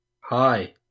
Hi